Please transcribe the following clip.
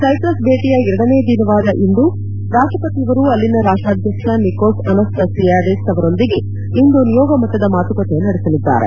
Cyprus ಭೇಟಿಯ ಎರಡನೇ ದಿನವಾದ ಇಂದು ರಾಷ್ಟಪತಿಯವರು ಅಲ್ಲಿನ ರಾಷ್ಟಾದ್ಯಕ್ಷ ನಿಕೋಸ್ ಅನಸ್ತಸಿಯಾಡೆಸ್ ಅವರೊಂದಿಗೆ ಇಂದು ನಿಯೋಗಮಟ್ಟದ ಮಾತುಕತೆ ನಡೆಸಲಿದ್ದಾರೆ